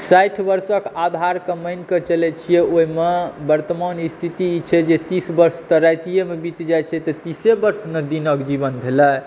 साठि वर्षक आधारके मानिक चलै छियै ओहिमे वर्तमान स्थिति ई छै जे तीस वर्ष तऽ रातियमे बीत जाइ छै तऽ तीसे वर्ष ने दिनक जीवन भेलै